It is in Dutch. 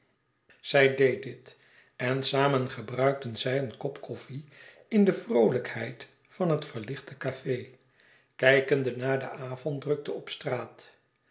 zij deed dit en samen gebruikten zij een kop koffie in de vroolijkheid van het verlichte café kijkende naar de avonddrukte op straat